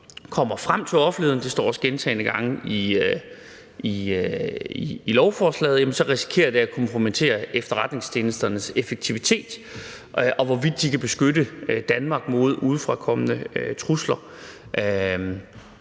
kommer frem til offentligheden – det står også gentagne gange i lovforslaget – så risikerer at kompromittere efterretningstjenesternes effektivitet, og hvorvidt de kan beskytte Danmark mod udefrakommende trusler